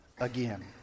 again